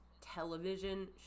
television